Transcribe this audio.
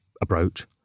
approach